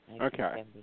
Okay